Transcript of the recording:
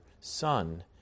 Son